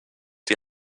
die